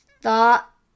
thought